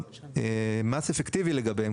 והמס אפקטיבי לגביהם.